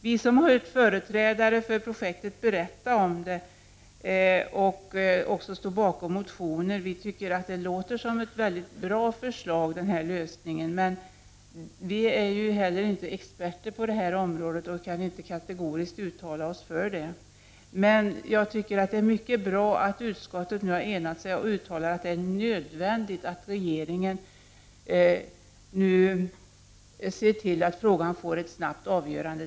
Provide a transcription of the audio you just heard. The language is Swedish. Vi som har hört företrädare för projektet berätta om det och som också står bakom motionen tycker att detta förslag låter som en mycket bra lösning, men vi är inte experter på området och kan inte kategoriskt uttala oss för förslaget. Det är mycket bra att utskottet nu har enat sig och uttalar att det är nödvändigt att regeringen ser till att frågan snabbt får ett avgörande.